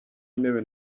intebe